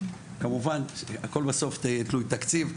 כמובן בסוף הכול תלוי תקציב.